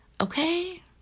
Okay